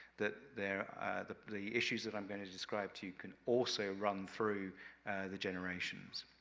that they're the the issues that i'm going to to describe to you can also run through the generations.